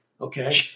Okay